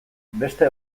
beste